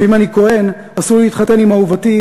ואם אני כוהן אסור לי להתחתן עם אהובתי